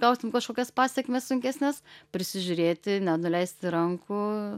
gautum kažkokias pasekmes sunkesnes prisižiūrėti nenuleisti rankų